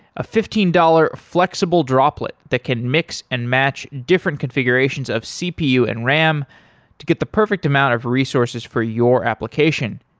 a fifteen dollars flexible droplet that can mix and match different configurations of cpu and ram to get the perfect amount of resources for your application.